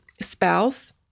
spouse